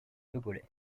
togolais